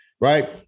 Right